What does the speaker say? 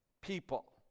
people